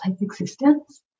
existence